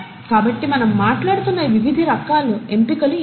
కాబట్టి మనం మాట్లాడుతున్న ఈ వివిధ రకాల ఎంపికలు ఏమిటి